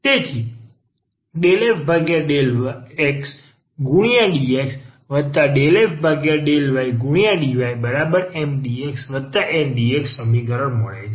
તેથી ∂f∂xdx∂f∂ydyMdxNdyસમીકરણ મળે છે